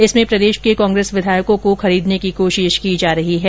इसमें प्रदेश के कांग्रेस विधायकों को खरीदने की कोशिश की जा रही है